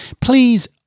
Please